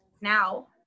now